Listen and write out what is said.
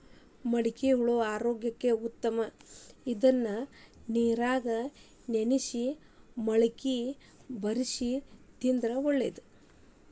ಮಡಿಕಿಕಾಳು ಆರೋಗ್ಯಕ್ಕ ಉತ್ತಮ ಇದ್ನಾ ನೇರಾಗ ನೆನ್ಸಿ ಮಳ್ಕಿ ವಡ್ಸಿ ತಿಂದ್ರ ಒಳ್ಳೇದ